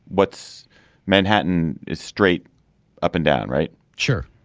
what's manhattan is straight up and down, right? sure.